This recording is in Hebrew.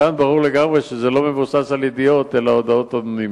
כאן ברור לגמרי שזה לא מבוסס על ידיעות אלא הודעות אנונימיות.